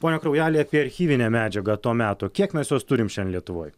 pone kraujeli apie archyvinę medžiagą to meto kiek mes jos turim šiandien lietuvoj